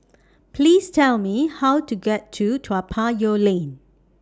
Please Tell Me How to get to Toa Payoh Lane